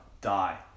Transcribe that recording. die